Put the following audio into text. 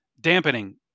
dampening